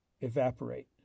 evaporate